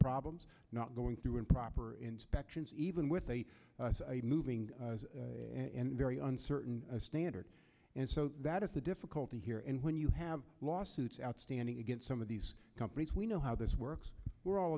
problems not going through improper inspections even with a moving and very uncertain standard and so that is the difficulty here and when you have lawsuits outstanding against some of these companies we know how this works we're all